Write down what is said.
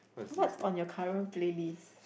what's on your current play list